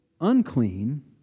unclean